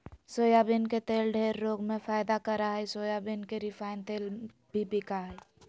soybean के तेल ढेर रोग में फायदा करा हइ सोयाबीन के रिफाइन तेल भी बिका हइ